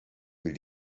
will